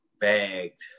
bagged